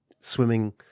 swimming